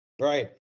Right